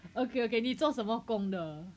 okay okay 你做什么工的